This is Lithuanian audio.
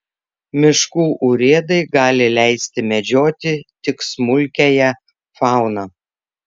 miškų urėdai gali leisti medžioti tik smulkiąją fauną